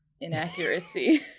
inaccuracy